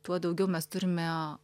tuo daugiau mes turime